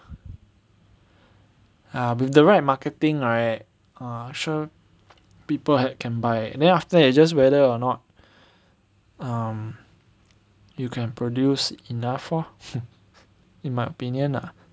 ah with the right marketing right err sure people had can buy then after that it's just whether or not um you can produce enough lor in my opinion lah